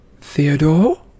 Theodore